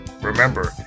Remember